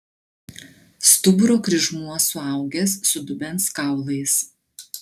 stuburo kryžmuo suaugęs su dubens kaulais